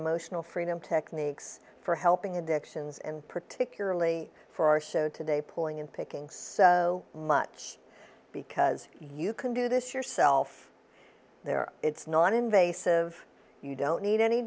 emotional freedom techniques for helping addictions and particularly for our show today pulling in picking so much because you can do this yourself there it's noninvasive you don't need any